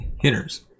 hitters